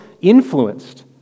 influenced